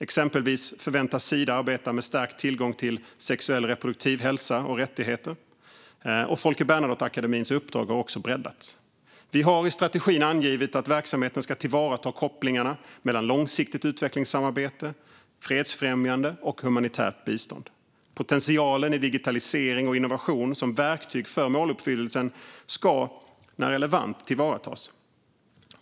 Exempelvis förväntas Sida arbeta med stärkt tillgång till sexuell och reproduktiv hälsa och rättigheter, och Folke Bernadotteakademins uppdrag har breddats. Vi har i strategin angivit att verksamheten ska tillvarata kopplingarna mellan långsiktigt utvecklingssamarbete, fredsfrämjande och humanitärt bistånd. Potentialen i digitalisering och innovation som verktyg för måluppfyllelse ska när den är relevant tillvaratas.